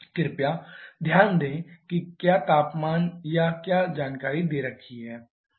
कृपया ध्यान दें कि क्या तापमान या क्या जानकारी दे रखी है